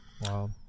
Wow